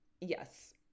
Yes